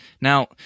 Now